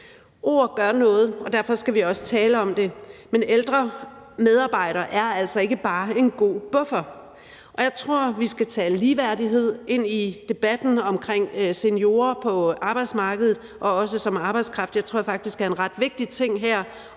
Ord gør noget, og derfor skal vi også tale om det. Men ældre medarbejdere er altså ikke bare en god buffer. Jeg tror, at vi skal tale ligeværdighed ind i debatten omkring seniorer på arbejdsmarkedet og også som arbejdskraft. Det tror jeg faktisk er en ret vigtig ting her,